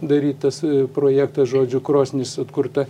darytas projektas žodžiu krosnis atkurta